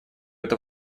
это